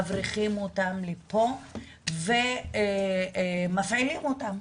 מבריחים אותם לפה ומפעילים אותם.